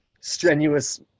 strenuous